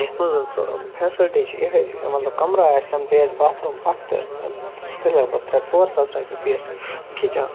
یَتھ منٛز حظ سُہ فیسَلٹی چھِ یِہٕے مطلب کَمرٕ آسٮ۪م بیٚیہِ آسہِ باتھروٗم اَکھ تہٕ سُہ گژھِ لَگ بگ ترٛےٚ ژور ساس رۄپیہِ بیٚیہِ آسہِ کِچَن